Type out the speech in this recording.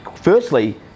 firstly